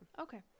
okay